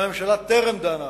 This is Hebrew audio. הממשלה טרם דנה